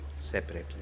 separately